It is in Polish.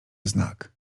znak